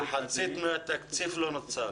השנה מחצית מהתקציב לא נוצל.